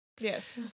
Yes